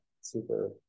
super